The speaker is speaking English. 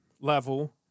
level